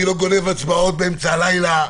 אני לא גונב הצבעות באמצע הלילה,